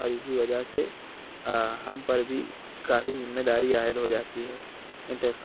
اور اسی وجہ سے ہم پر بھی کافی ذمہ داری عائد ہو جاتی ہے انتخا